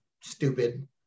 stupid